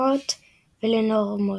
לאמביוולנטיות ולנורמות.